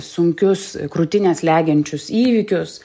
sunkius krūtinę slegiančius įvykius